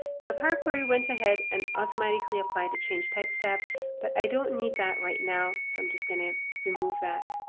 now power query went ahead and automatically applied the changed type step but i don't need that right now so i'm just going to remove that.